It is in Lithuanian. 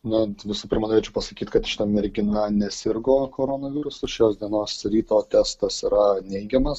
na tai visų pirma norėčiau pasakyt kad šita mergina nesirgo koronavirusu šios dienos ryto testas yra neigiamas